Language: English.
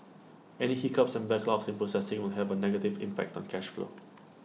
any hiccups and backlogs in processing will have A negative impact on cash flow